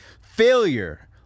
failure